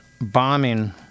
bombing